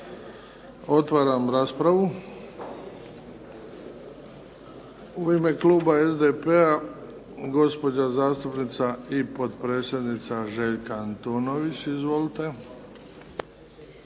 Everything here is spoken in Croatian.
Otvaram raspravu. U ime kluba SDP-a gospođa zastupnica i potpredsjednica Željka Antunović. Izvolite.